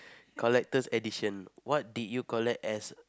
collector's edition what did you collect as